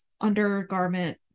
undergarment